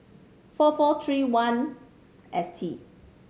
four four three one S T